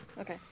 okay